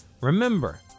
Remember